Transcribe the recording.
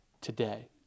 today